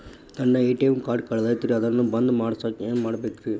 ನನ್ನ ATM card ಕಳದೈತ್ರಿ ಅದನ್ನ ಬಂದ್ ಮಾಡಸಾಕ್ ಏನ್ ಮಾಡ್ಬೇಕ್ರಿ?